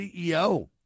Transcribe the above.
CEO